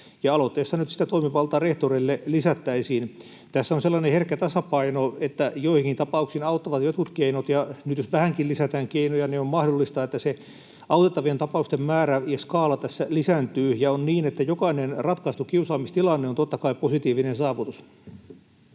aloitteessa nyt sitä toimivaltaa rehtoreille lisättäisiin. Tässä on sellainen herkkä tasapaino, että joihinkin tapauksiin auttavat jotkut keinot, ja nyt jos vähänkin lisätään keinoja, niin on mahdollista, että se autettavien tapausten määrä ja skaala tässä lisääntyy, ja on niin, että jokainen ratkaistu kiusaamistilanne on totta kai positiivinen saavutus.